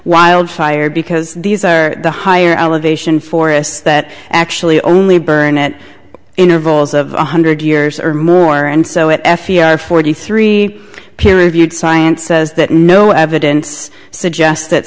wildfire because these are the higher elevation forests that actually only burnette intervals of one hundred years or more and so it f e r forty three peer reviewed science says that no evidence suggests that